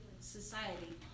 society